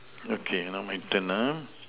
okay now my turn uh